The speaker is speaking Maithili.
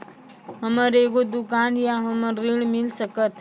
हमर एगो दुकान या हमरा ऋण मिल सकत?